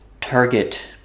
target